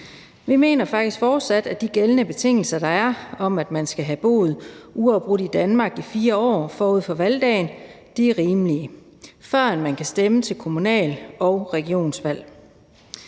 Vi mener faktisk fortsat, at de gældende betingelser, der er om, at man skal have boet uafbrudt i Danmark i 4 år forud for valgdagen, før man kan stemme til kommunal- og regionsvalg,